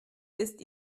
ist